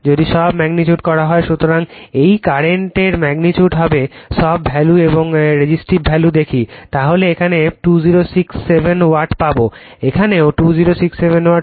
যদি সব ম্যাগ্নিটিউড করা হয় সুতরাং এই কারেন্ট এর ম্যাগ্নিটিউড থেকে সব ভ্যালু এবং রেজিস্টিভ ভ্যালু দেখি তাহলে এখানে 2067 ওয়াট পাবো এখানেও 2067 ওয়াট